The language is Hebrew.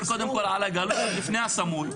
קודם כל על הגלוי לפני הסמוי.